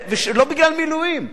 לא בגלל מילואים,